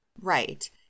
Right